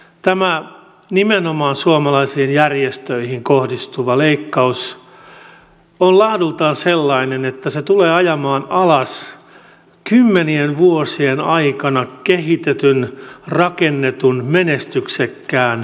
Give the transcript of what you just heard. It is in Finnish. tämä nimenomaan suomalaisiin järjestöihin kohdistuva leikkaus on laadultaan sellainen että se tulee ajamaan alas kymmenien vuosien aikana kehitetyn rakennetun menestyksekkään kehitysyhteistyön